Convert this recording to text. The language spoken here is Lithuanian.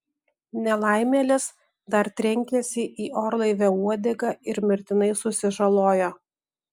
nelaimėlis dar trenkėsi į orlaivio uodegą ir mirtinai susižalojo